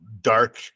dark